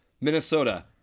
Minnesota